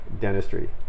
dentistry